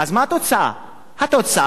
שאנשים ייקחו את החוק לידיים,